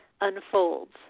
unfolds